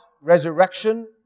resurrection